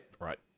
Right